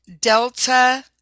Delta